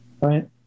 Right